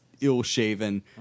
ill-shaven